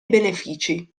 benefici